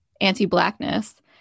anti-blackness